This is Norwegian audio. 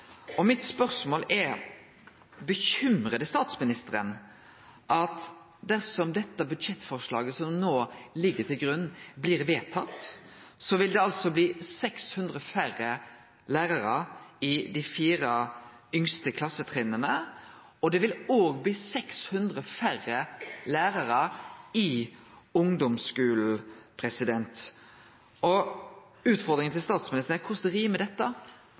mitt er: Bekymrar det statsministeren at dersom dette budsjettforslaget som no ligg til grunn, blir vedtatt, vil det bli 600 færre lærarar på dei fire lågaste klassetrinna? Det vil òg bli 600 færre lærarar i ungdomsskulen. Utfordringa til statsministeren er: Korleis rimar dette når regjeringa sjølv peikar på nettopp kor viktig det er med